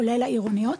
כולל העירוניות,